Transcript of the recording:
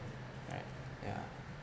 right yeah